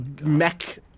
mech